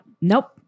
nope